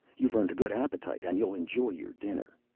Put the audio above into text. you've earned a good appetite, and you'll enjoy your dinner.